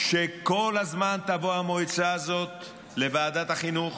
שכל הזמן תבוא המועצה הזאת לוועדת החינוך